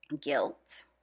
guilt